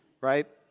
right